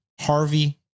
Harvey